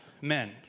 men